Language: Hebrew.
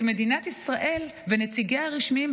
עת מדינת ישראל ונציגיה הרשמיים,